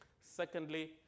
Secondly